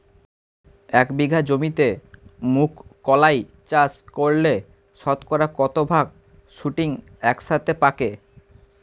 এক বিঘা জমিতে মুঘ কলাই চাষ করলে শতকরা কত ভাগ শুটিং একসাথে পাকে?